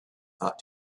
thought